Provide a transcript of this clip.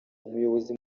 umuyobozi